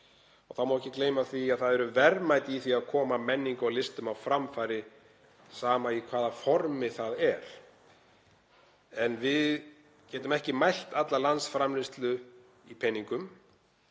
Þá má ekki gleyma því að verðmæti eru í því að koma menningu og listum á framfæri, sama í hvaða formi það er. Við getum þó ekki mælt alla landsframleiðslu í peningum.